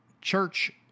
church